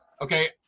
Okay